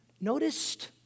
noticed